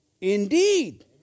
Indeed